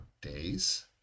days